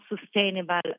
sustainable